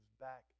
back